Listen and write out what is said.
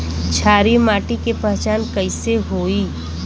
क्षारीय माटी के पहचान कैसे होई?